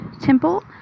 Temple